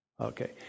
Okay